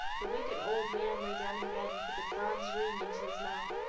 the wicked old man lay down in bed and put the bronze ring into his mouth,